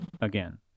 again